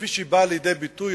כפי שהיא באה לידי ביטוי,